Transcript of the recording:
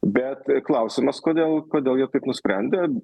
bet klausimas kodėl kodėl jie taip nusprendė